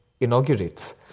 inaugurates